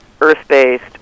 earth-based